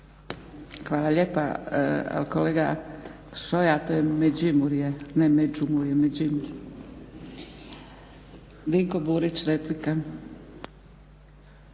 Hvala lijepa. Kolega Šoja to je Međimurje, ne Međumurje. Dinko Burić replika.